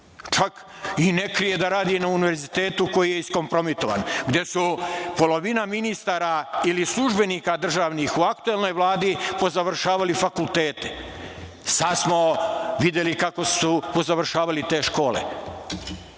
Čak i ne krije da radi na univerzitetu koji je iskompromitovan, gde su polovina ministara ili službenika državnih u aktuelnoj Vladi pozavršavali fakultete. Sad smo videli kako su pozavršavali te škole